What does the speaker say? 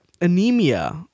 anemia